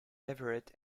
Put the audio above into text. everett